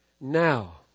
Now